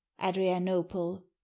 adrianople